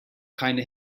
keine